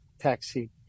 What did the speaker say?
taxi